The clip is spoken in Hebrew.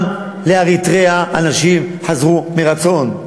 גם לאריתריאה אנשים חזרו מרצון.